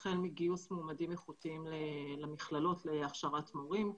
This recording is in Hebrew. החל מגיוס מועמדים איכותיים למכללות להכשרת מורים,